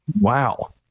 Wow